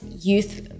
youth